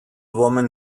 woman